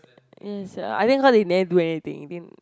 ya sia I mean how did they do anything they didn't